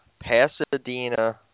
Pasadena